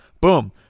boom